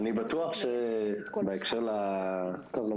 ואני חושב שחבריי --- אפי,